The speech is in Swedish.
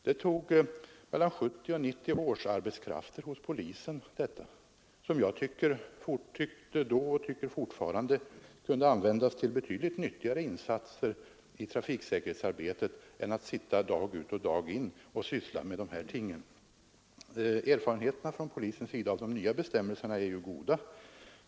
Det tog mellan 70 och 90 årsarbetskrafter hos polisen, som jag tyckte och fortfarande tycker kunde användas till betydligt nyttigare insatser i trafiksäkerhetsarbetet. Erfarenheterna från polisens sida av de nya bestämmelserna är goda.